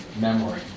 memory